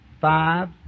five